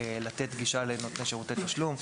לתת גישה לנותני שירותי תשלום,